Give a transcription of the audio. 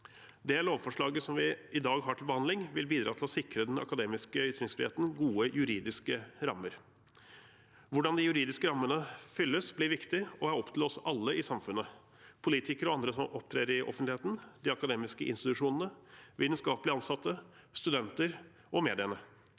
Det lovforslaget som vi i dag har til behandling, vil bidra til å sikre den akademiske ytringsfriheten gode juridiske rammer. Hvordan de juridiske rammene fylles, blir viktig og er opp til oss alle i samfunnet: politikere og andre som opptrer i offentligheten, de akademiske institusjonene, vitenskapelig ansatte, studenter og mediene